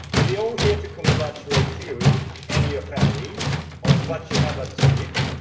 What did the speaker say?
we're all here to congratulate you and your family on what you have achieved,